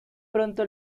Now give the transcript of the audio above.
pronto